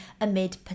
amid